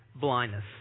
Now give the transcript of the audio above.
blindness